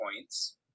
points